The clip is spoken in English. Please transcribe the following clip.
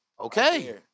Okay